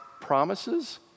promises